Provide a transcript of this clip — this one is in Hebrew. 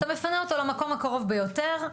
אתה מפנה אותו למקום הקרוב ביותר,